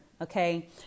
okay